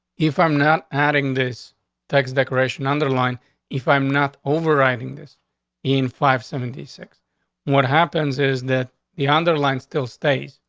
if i'm not adding this text decoration, underline if i'm not overriding this in five seventy six what happens is that the underlying still state.